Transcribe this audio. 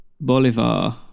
Bolivar